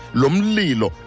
lomlilo